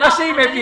אבל אנשים,